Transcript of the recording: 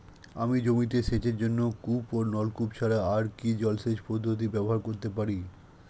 আমি জমিতে সেচের জন্য কূপ ও নলকূপ ছাড়া আর কি জলসেচ পদ্ধতি ব্যবহার করতে পারি?